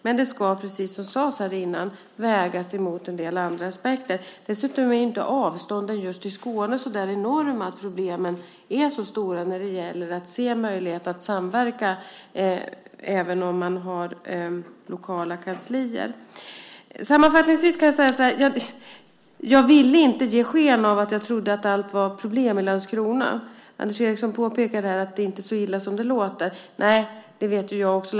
Men det ska, precis som sades här tidigare, vägas mot en del andra aspekter. Dessutom är avstånden i Skåne så enorma att problemen är så stora när det gäller att se möjligheter att samverka även om man har lokala kanslier. Sammanfattningsvis kan jag säga att jag inte ville ge sken av att jag trodde att det var problem med allt i Landskrona. Anders Karlsson påpekade här att det inte är så illa som det låter. Nej, det vet jag också.